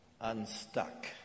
Unstuck